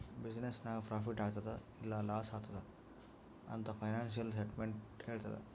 business ನಾಗ್ profit ಆತ್ತುದ್ ಇಲ್ಲಾ ಲಾಸ್ ಆತ್ತುದ್ ಅಂತ್ ಫೈನಾನ್ಸಿಯಲ್ ಸ್ಟೇಟ್ಮೆಂಟ್ ಹೆಳ್ತುದ್